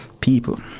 People